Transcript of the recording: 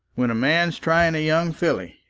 when a man's trying a young filly,